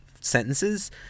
sentences